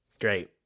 Great